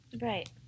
Right